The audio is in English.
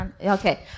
Okay